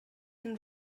and